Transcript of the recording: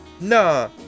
Nah